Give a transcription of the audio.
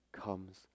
comes